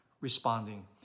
responding